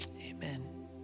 amen